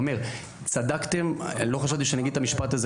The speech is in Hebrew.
לא חשבתי שאני אגיד את זה,